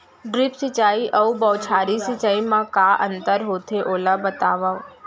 Drip सिंचाई अऊ बौछारी सिंचाई मा का अंतर होथे, ओला बतावव?